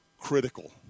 critical